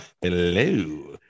Hello